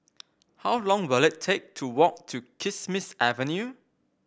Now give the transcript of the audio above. how long will it take to walk to Kismis Avenue